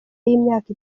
y’imyaka